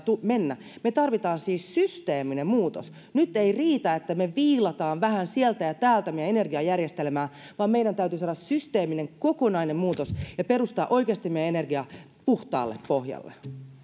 mennä me tarvitsemme siis systeemisen muutoksen nyt ei riitä että me viilaamme vähän sieltä ja täältä meidän energiajärjestelmäämme vaan meidän täytyy saada systeeminen kokonainen muutos ja oikeasti perustaa energia puhtaalle pohjalle